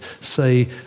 say